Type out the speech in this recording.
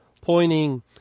pointing